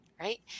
Right